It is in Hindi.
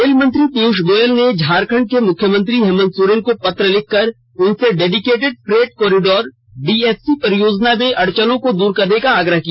रेल मंत्री पीयूष गोयल ने झारखंड के मुख्यमंत्री हेमंत सोरेन को पत्र लिखकर उनसे डेडिकेटेड फ्रेट कॉरिडोर डीएफसी परियोजना में अड़चनों को दूर करने का आग्रह किया